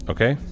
Okay